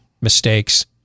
mistakes